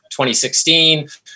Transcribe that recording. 2016